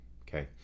okay